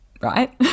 right